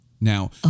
Now